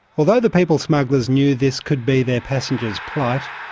although the people smugglers knew this could be their passengers' plight,